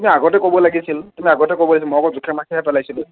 তুমি আগতে ক'ব লাগিছিল তুমি আগতে ক'ব লাগিছিল মই আকৌ জোখে মাখেহে পেলাইছিলো